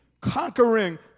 conquering